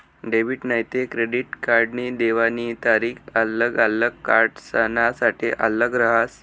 debit नैते credit कार्डनी देवानी तारीख आल्लग आल्लग कार्डसनासाठे आल्लग रहास